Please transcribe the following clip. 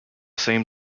same